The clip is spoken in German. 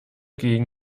gegen